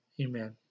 Amen